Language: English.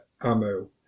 ammo